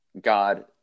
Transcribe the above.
God